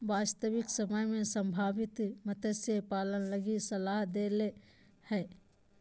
वास्तविक समय में संभावित मत्स्य पालन लगी सलाह दे हले